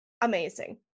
amazing